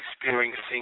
experiencing